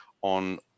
on